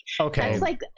okay